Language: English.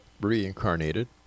reincarnated